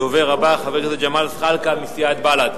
הדובר הבא, חבר הכנסת ג'מאל זחאלקה מסיעת בל"ד.